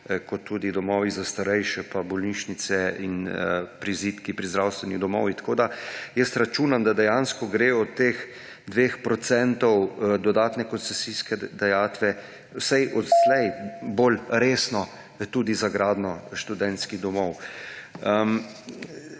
kot tudi domovi za starejše pa bolnišnice in prizidki pri zdravstvenih domovih. Tako da računam, da dejansko gre od teh 2 % dodatne koncesijske dajatve vsaj odslej bolj resno tudi za gradnjo študentskih domov.